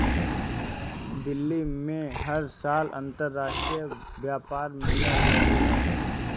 दिल्ली में हर साल अंतरराष्ट्रीय व्यापार मेला लागेला